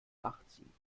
nachziehen